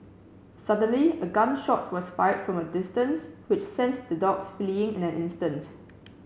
suddenly a gun shot was fired from a distance which sent the dogs fleeing in an instant